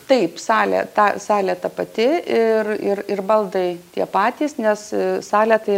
taip salė ta salė ta pati ir ir ir baldai tie patys nes salė tai